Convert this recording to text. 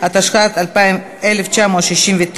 התשכ"ט 1969,